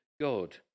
God